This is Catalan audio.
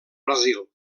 brasil